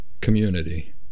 community